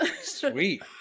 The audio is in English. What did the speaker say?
Sweet